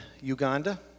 Uganda